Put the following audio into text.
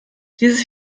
dieses